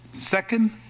Second